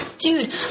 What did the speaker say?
dude